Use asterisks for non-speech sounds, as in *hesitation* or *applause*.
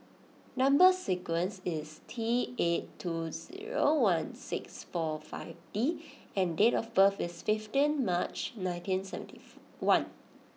number sequence is T eight two zero one six four five D and date of birth is fifteen March nineteen seventy *hesitation* one